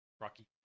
Rocky